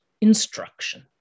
instruction